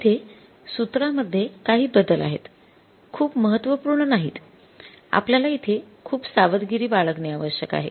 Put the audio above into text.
येथे सूत्र मध्ये काही बदल आहेत खूप महत्वपूर्ण नाहीत आपल्याला इथे खूप सावधगिरी बाळगणे आवश्यक आहे